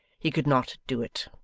he could not do it.